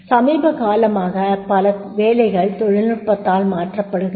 சமீப காலமாகப் பல வேலைகள் தொழில்நுட்பத்தால் மாற்றப்படுகின்றன